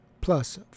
plus